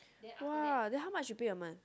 !wah! then how much you pay a month